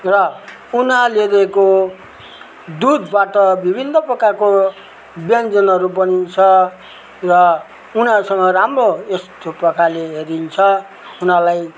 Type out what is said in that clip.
र उनीहरूले दिएको दुधबाट विभिन्न प्रकारको व्यञ्जनहरू बनिन्छ र उनीहरूसँग राम्रो यस्तो प्रकारले हेरिन्छ उनीहरूलाई